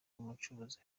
umucuruzi